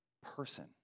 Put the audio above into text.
person